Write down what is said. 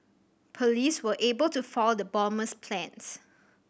police were able to foil the bomber's plans